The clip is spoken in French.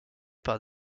par